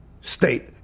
state